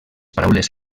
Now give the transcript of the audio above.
paraules